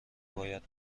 باید